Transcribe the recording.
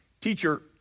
Teacher